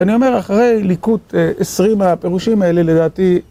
אני אומר, אחרי ליקוט 20 הפירושים האלה, לדעתי...